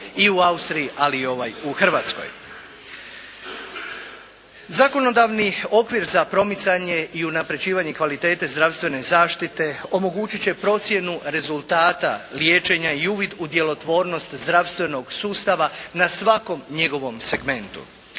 i u Austriji, ali i ovaj u Hrvatskoj. Zakonodavni okvir za promicanje i unapređivanje kvalitete zdravstvene zaštite omogućit će procjenu rezultata liječenja u uvid u djelotvornost zdravstvenog sustava na svakom njegovom segmentu.